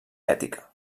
ètica